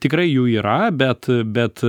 tikrai jų yra bet bet